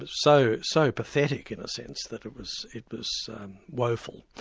was so so pathetic, in a sense, that it was it was woeful.